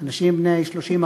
אנשים בני 30,